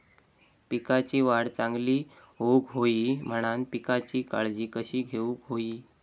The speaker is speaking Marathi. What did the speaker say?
पिकाची वाढ चांगली होऊक होई म्हणान पिकाची काळजी कशी घेऊक होई?